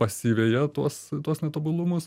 pasiveja tuos tuos netobulumus